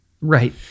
right